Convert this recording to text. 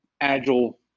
agile